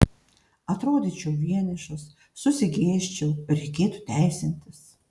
atrodyčiau vienišas susigėsčiau reikėtų teisintis